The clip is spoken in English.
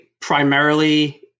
primarily